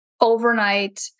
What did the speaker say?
overnight